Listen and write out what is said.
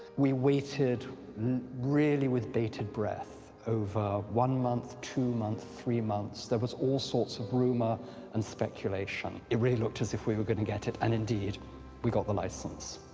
we waited really with bated breath over one month, two month, three months. there was all sorts of rumor and speculation. it really looked as if we were going to get it and indeed we got the license.